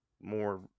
more